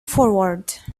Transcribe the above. forward